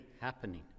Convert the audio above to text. happening